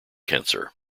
cancer